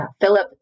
Philip